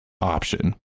option